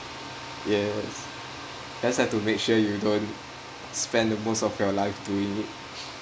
yes that has to make sure you don't spend the most of your life doing it